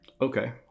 Okay